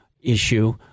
issue